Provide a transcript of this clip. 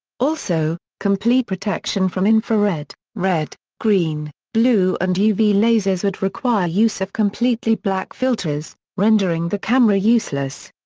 also, complete protection from infrared, red, green, blue and uv lasers would require use of completely black filters, rendering the camera useless.